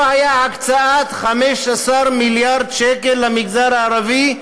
לא הייתה הקצאת 15 מיליארד שקל למגזר הערבי,